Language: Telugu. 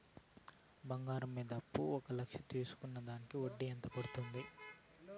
బంగారం మీద అప్పు ఒక లక్ష తీసుకున్న దానికి వడ్డీ ఎంత పడ్తుంది?